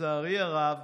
ולצערי הרב,